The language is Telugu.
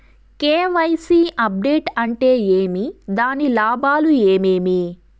కె.వై.సి అప్డేట్ అంటే ఏమి? దాని లాభాలు ఏమేమి?